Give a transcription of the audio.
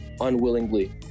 unwillingly